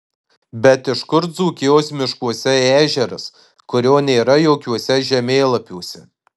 bet iš kur dzūkijos miškuose ežeras kurio nėra jokiuose žemėlapiuose